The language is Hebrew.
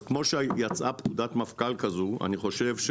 אז כמו שיצאה פקודת מפכ"ל כזו, אני חושב,